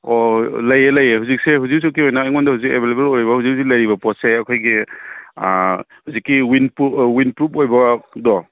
ꯑꯣ ꯂꯩꯌꯦ ꯂꯩꯌꯦ ꯍꯧꯖꯤꯛꯁꯦ ꯍꯧꯖꯤꯛ ꯍꯧꯖꯤꯛꯀꯤ ꯑꯣꯏꯅ ꯑꯩꯉꯣꯟꯗ ꯍꯧꯖꯤꯛ ꯑꯦꯚꯥꯏꯂꯦꯕꯜ ꯑꯣꯏꯔꯤꯕ ꯍꯧꯖꯤꯛ ꯍꯧꯖꯤꯛ ꯂꯩꯔꯤꯕ ꯄꯣꯠꯁꯦ ꯑꯩꯈꯣꯏꯒꯤ ꯍꯧꯖꯤꯛꯀꯤ ꯋꯤꯟꯄ꯭ꯔꯨꯞ ꯑꯣꯏꯕꯗꯣ